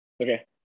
Okay